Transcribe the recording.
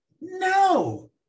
no